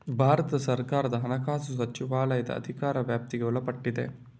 ಭಾರತ ಸರ್ಕಾರದ ಹಣಕಾಸು ಸಚಿವಾಲಯದ ಅಧಿಕಾರ ವ್ಯಾಪ್ತಿಗೆ ಒಳಪಟ್ಟಿದೆ